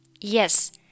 Yes